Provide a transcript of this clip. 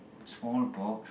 small box